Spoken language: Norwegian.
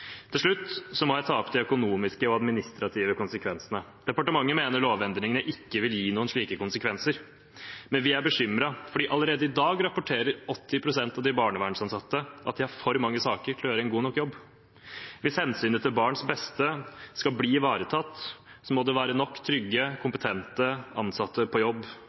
Til slutt må jeg ta opp de økonomiske og administrative konsekvensene. Departementet mener lovendringene ikke vil gi noen slike konsekvenser. Men vi er bekymret, for allerede i dag rapporterer 80 pst. av de barnevernsansatte at de har for mange saker til å gjøre en god nok jobb. Hvis hensynet til barns beste skal bli ivaretatt, må det være nok trygge, kompetente ansatte på jobb